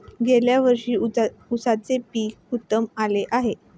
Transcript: गेल्या वर्षी उसाचे पीक उत्तम आले होते